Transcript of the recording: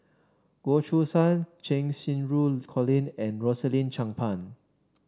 Goh Choo San Cheng Xinru Colin and Rosaline Chan Pang